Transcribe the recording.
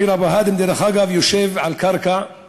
עיר הבה"דים, דרך אגב, יושבת על קרקע של